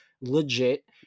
legit